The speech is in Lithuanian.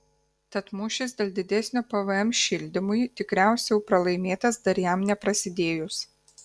tad mūšis dėl didesnio pvm šildymui tikriausiai jau pralaimėtas dar jam neprasidėjus